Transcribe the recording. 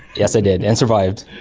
yes i did, and survived.